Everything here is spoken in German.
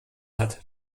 hat